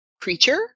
creature